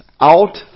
Out